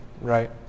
right